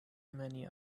many